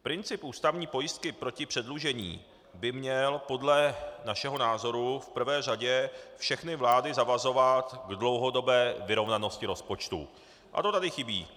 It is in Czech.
Princip ústavní pojistky proti předlužení by měl podle našeho názoru v prvé řadě všechny vlády zavazovat k dlouhodobé vyrovnanosti rozpočtu a to tady chybí.